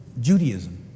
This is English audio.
Judaism